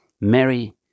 Mary